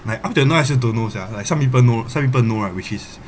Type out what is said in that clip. like up till now I still don't know sia like some people know some people know right which is